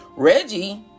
Reggie